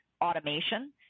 automation